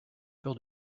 peur